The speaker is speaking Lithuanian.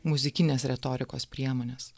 muzikinės retorikos priemonės